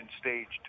staged